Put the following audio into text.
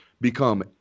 become